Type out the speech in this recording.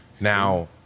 Now